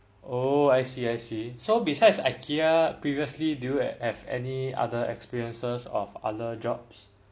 oh I see I see so besides ikea previously did you have any other experiences of other jobs